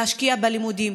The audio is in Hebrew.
להשקיע בלימודים.